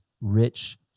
rich